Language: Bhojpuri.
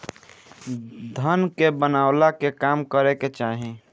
धन के बनवला के काम करे के चाही